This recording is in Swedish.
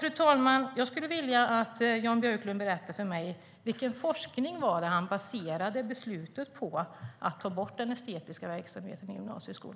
Fru talman! Jag skulle vilja att Jan Björklund berättar för mig vilken forskning han baserade beslutet på, att ta bort den estetiska verksamheten i gymnasieskolan.